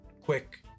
quick